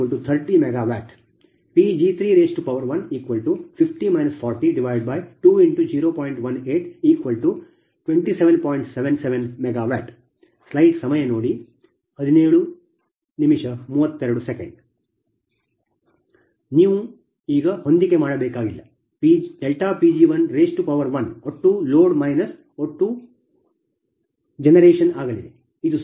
77 MW Pgiಒಟ್ಟು load minus ಒಟ್ಟು ಪೀಳಿಗೆಯಾಗಲಿದೆ ಇದು ಸೂತ್ರ